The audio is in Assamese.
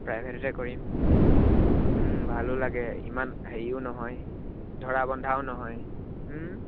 প্ৰাইভেটতে কৰিম ভালো লাগে ইমান হেৰিও নহয় ধৰা বন্ধাও নহয়